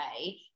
okay